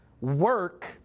work